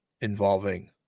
involving